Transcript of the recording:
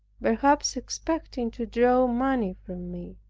perhaps expecting to draw money from me.